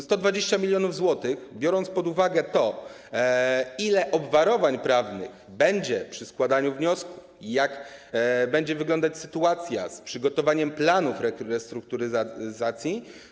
120 mln zł, ale trzeba wziąć pod uwagę to, ile obwarowań prawnych będzie przy składaniu wniosków i jak będzie wyglądać sytuacja z przygotowaniem planów restrukturyzacji.